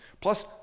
plus